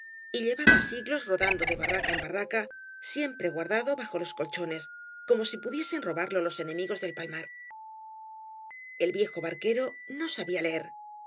y llevaba siglos rodando de barraca en barraca siempre guardado bajo los colchones como si pudiesen robarlo los enemigos del palmar el viejo barquero no sa bia leer en